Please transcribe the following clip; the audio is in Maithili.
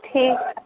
ठीक